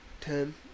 ten